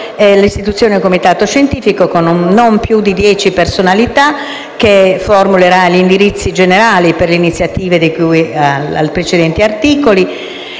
l'istituzione di un comitato scientifico, composto da non più di dieci personalità, che formulerà gli indirizzi generali per le iniziative di cui ai precedenti articoli.